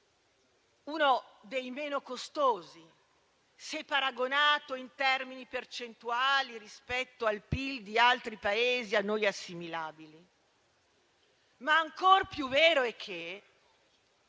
uno dei meno costosi se paragonato in termini percentuali rispetto al PIL di altri Paesi a noi assimilabili, ma ancor più vero è che